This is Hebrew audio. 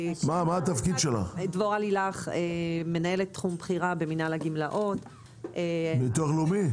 אני מנהלת תחום בכירה במינהל הגמלאות בביטוח לאומי.